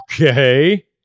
Okay